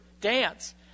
Dance